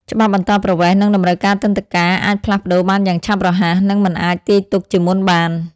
ច្បាប់អន្តោប្រវេសន៍ និងតម្រូវការទិដ្ឋាការអាចផ្លាស់ប្តូរបានយ៉ាងឆាប់រហ័ស និងមិនអាចទាយទុកជាមុនបាន។